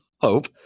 Hope